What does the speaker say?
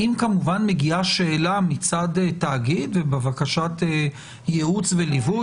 אם כמובן מגיעה שאלה מצד תאגיד ובקשת ייעוץ וליווי,